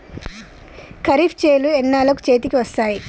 ఖరీఫ్ చేలు ఎన్నాళ్ళకు చేతికి వస్తాయి?